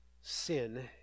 Sin